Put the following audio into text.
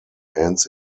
ends